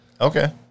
Okay